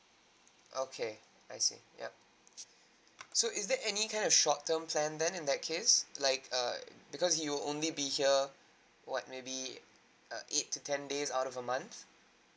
okay I see yup so is there any kind of short term plan then in that case like err because he'll only be here what maybe err eight to ten days out of a month